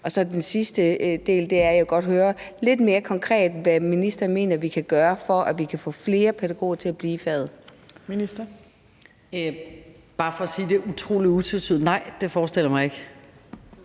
er der den sidste del, nemlig at jeg godt vil høre lidt mere konkret om, hvad ministeren mener vi kan gøre, for at vi kan få flere pædagoger til at blive i faget.